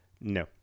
No